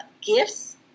gifts